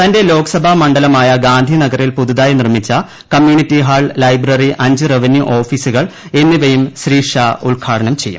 തന്റെ ലോക്സഭാ മണ്ഡലമായ ഗാന്ധിനഗറിൽ പുതുതായി നിർമ്മിച്ച കമ്യൂണിറ്റി ഹാൾ ലൈബ്രറി അഞ്ച് റവന്യൂ ഓഫീസുകൾ എന്നിവയും ശ്രീ ഷാ ഉദ്ഘാടനം ചെയ്യും